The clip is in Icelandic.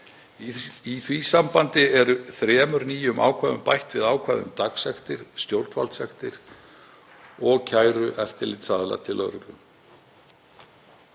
Í því sambandi er þremur nýjum ákvæðum bætt við ákvæði um dagsektir, stjórnvaldssektir og kæru eftirlitsaðila til lögreglu.